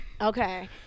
Okay